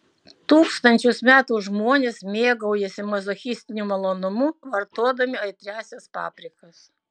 tūkstančius metų žmonės mėgaujasi mazochistiniu malonumu vartodami aitriąsias paprikas